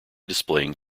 displaying